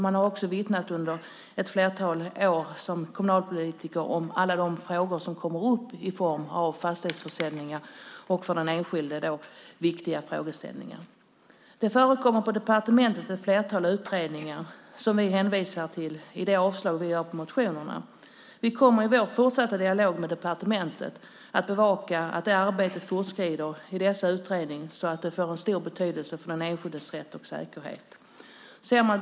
Jag har också som kommunalpolitiker under flera år kunnat vittna om alla de frågor som kommer upp i form av fastighetsförsäljningar och för den enskilde viktiga frågeställningar. Det pågår på departementet ett flertal utredningar som vi hänvisar till i vårt avslag på motionerna. Vi kommer i vår fortsatta dialog med departementet att bevaka att arbetet fortskrider i dessa utredningar så att det får stor betydelse för den enskildes rätt och säkerhet.